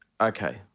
okay